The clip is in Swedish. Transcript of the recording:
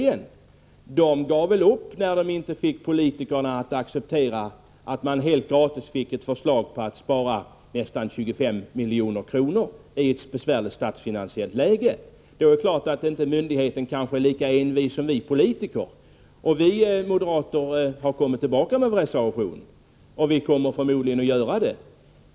Verket gav väl upp när politikerna inte accepterade att man helt gratis fick ett förslag till hur man i ett besvärligt statsfinansiellt läge skulle kunna spara nästan 25 miljoner. Det är klart att myndigheten kanske inte är lika envis som politiker. Vi moderater har återkommit med vår reservation, och vi kommer förmodligen tillbaka igen.